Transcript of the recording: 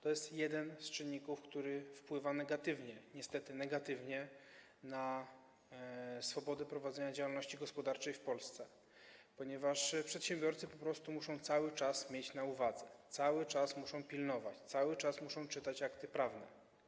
To jest jeden z czynników, który niestety negatywnie wpływa na swobodę prowadzenia działalności gospodarczej w Polsce, ponieważ przedsiębiorcy po prostu muszą cały czas mieć to na uwadze, cały czas muszą tego pilnować, cały czas muszą czytać akty prawne.